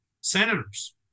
senators